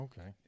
Okay